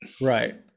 Right